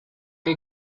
que